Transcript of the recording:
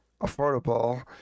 affordable